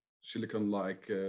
silicon-like